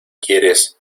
quieres